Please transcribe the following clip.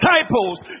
disciples